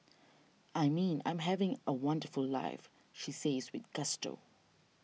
I mean I'm having a wonderful life she says with gusto